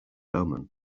omen